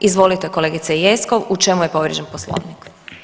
Izvolite kolegice Jeckov, u čemu je povrijeđen Poslovnik?